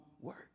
work